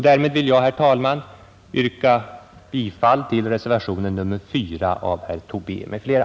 Därmed vill jag, herr talman, yrka bifall till reservationen 4 av herr Tobé m.fl.